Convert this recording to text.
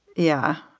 yeah.